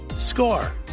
Score